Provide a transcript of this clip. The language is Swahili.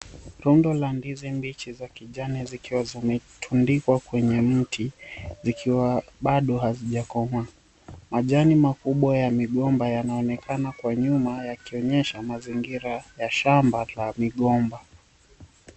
Rundo la ndizi mbichi za kijani zikiwa zimetundikwa kwenye mti zikiwa bado hazijakomaa. Majani makubwa ya migomba yanaonekana kwa nyuma yakionyesha mazingira ya shamba la migomba.